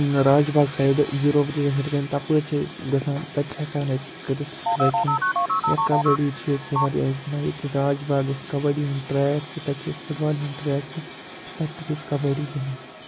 راج Bagh side zero bridges ہیٚرۍ کَنہِ تَپٲرۍ چھِ أسۍ گژھان تَتہِ چھِ ہٮ۪کان أسۍ کٔرِتھ ٹرٛٮ۪کِنٛگ یا کَبَڈی چھِ ییٚتہِ تہِ واریاہ أسۍ گِنٛدان ییٚتہِ چھِ راج باغ اَسہِ کَبڈی ہُنٛد ٹرٛیک تہِ تَتہِ چھِ أسۍ فُٹ بالہِ ہُنٛد ٹرٛیک تہِ تَتہِ تہِ چھِ أسۍ کَبڈی گِنٛدان